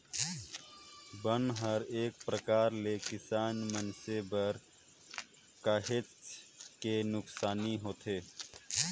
बन हर एक परकार ले किसान मइनसे बर काहेच के नुकसानी होथे